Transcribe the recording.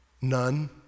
None